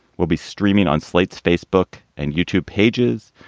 we'll be streaming on slate's facebook and youtube pages.